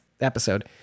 episode